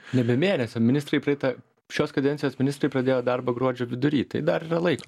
ne be mėnesio ministrai praeitą šios kadencijos ministrai pradėjo darbą gruodžio vidury tai dar yra laiko